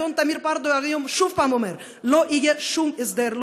אדון תמיר פרדו היום שוב אומר: לא יהיה שום הסדר,